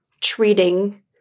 treating